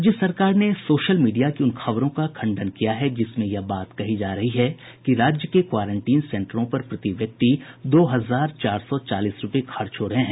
राज्य सरकार ने सोशल मीडिया की उन खबरों का खंडन किया है जिसमें यह बात कहीं जा रही है कि राज्य के क्वारेंटीन सेन्टरों पर प्रति व्यक्ति दो हजार चार सौ चालीस रूपये खर्च हो रहे हैं